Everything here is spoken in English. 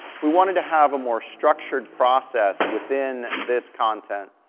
we wanted to have a more structured process within this content,